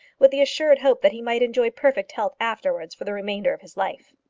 with the assured hope that he might enjoy perfect health afterwards for the remainder of his life.